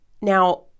now